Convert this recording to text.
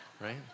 Right